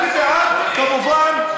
אני בעד, כמובן.